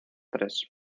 tres